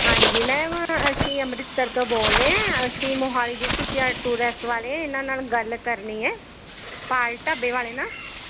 ਹਾਂਜੀ ਮੈਮ ਅਸੀਂ ਅੰਮ੍ਰਿਤਸਰ ਤੋਂ ਬੋਲ਼ਦੇ ਹਾਂ ਅਸੀਂ ਮੋਹਾਲੀ ਜਿਹੜੇ ਤੁਸੀਂ ਟੂਰਿਸਟ ਵਾਲੇ ਇਨ੍ਹਾਂ ਨਾਲ ਗੱਲ ਕਰਨੀ ਹੈ ਪਾਲ ਢਾਬੇ ਵਾਲੇ ਨਾਲ